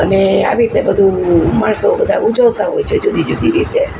અને આવી રીતે બધું માણસો બધા ઊજવતાં હોય જુદી જુદી રીતે